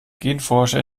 genforscher